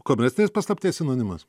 komercinės paslapties sinonimas